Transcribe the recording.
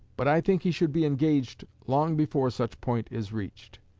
but i think he should be engaged long before such point is reached.